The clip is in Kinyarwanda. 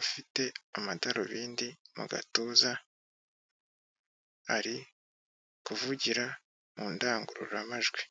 ufite amadarubindi mu gatuza, ari kuvugira mu ndangururamajwi.